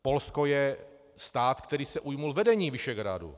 Polsko je stát, který se ujmul vedení Visegrádu.